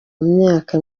myaka